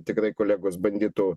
tikrai kolegos bandytų